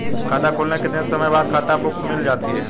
खाता खुलने के कितने समय बाद खाता बुक मिल जाती है?